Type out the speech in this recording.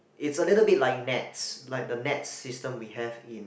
it's a little bit like Nets like the Nets system we have in